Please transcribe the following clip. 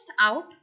out